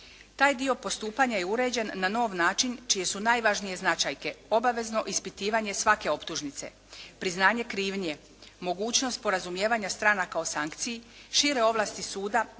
Taj dio postupanja je uređen na nov način čije su najvažnije značajke: obavezno ispitivanje svake optužnice, priznanje krivnje, mogućnost sporazumijevanja stranaka o sankciji, šire ovlasti suda